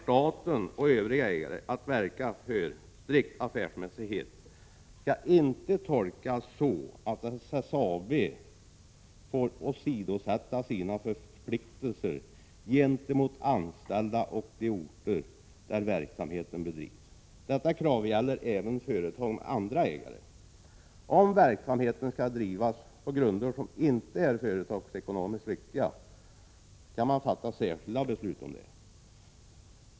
Statens och övriga ägares åtagande att verka för strikt affärsmässighet skall inte tolkas så, att SSAB får åsidosätta sina förpliktelser gentemot anställda och de orter där verksamheten bedrivs. Detta krav gäller även företag med andra ägare. Om verksamheten skall drivas på grunder som inte är företagsekonomiskt riktiga, kan särskilda beslut därom fattas.